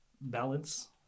balance